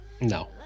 No